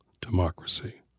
democracy